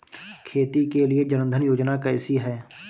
खेती के लिए जन धन योजना कैसी है?